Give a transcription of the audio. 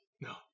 No